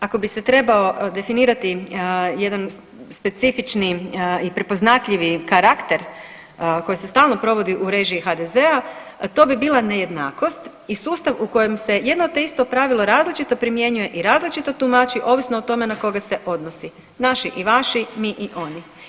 Ako bi se trebao definirati jedan specifični i prepoznatljivi karakter koji se stalno provodi u režiji HDZ-a to bi bila nejednakost i sustav u kojem se jedno te isto pravilo različito primjenjuje i različito tumači ovisno o tome na koga se odnosi – naši i vaši, mi i oni.